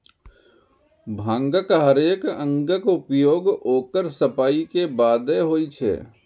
भांगक हरेक अंगक उपयोग ओकर सफाइ के बादे होइ छै